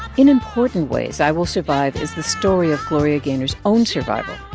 in important ways, i will survive is the story of gloria gaynor's own survival.